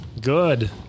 Good